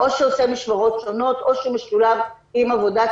או שעושה משמרות שונות או שמשולב עם עבודת